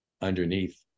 underneath